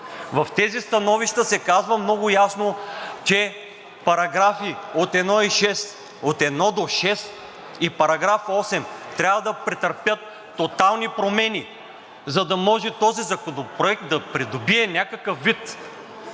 В тези становища се казва много ясно, че параграфи от 1 до 6 и § 8 трябва да претърпят тотални промени, за да може този законопроект да придобие някакъв вид.